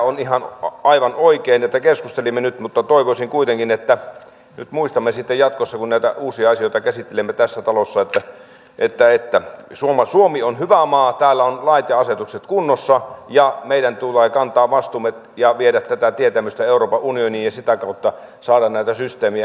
on aivan oikein että keskustelimme näistä nyt mutta toivoisin kuitenkin että nyt muistamme sitten jatkossa kun näitä uusia asioita käsittelemme tässä talossa että suomi on hyvä maa täällä on lait ja asetukset kunnossa ja meidän tulee kantaa vastuumme ja viedä tätä tietämystä euroopan unioniin ja sitä kautta saada näitä systeemejä yhä paremmaksi